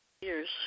Years